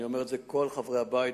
כל חברי הבית,